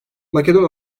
makedon